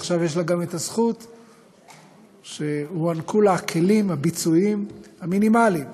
ועכשיו יש לה גם הזכות שהוענקו לה הכלים הביצועיים המינימליים,